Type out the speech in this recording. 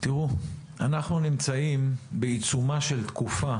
אנחנו נמצאים בעיצומה של תקופה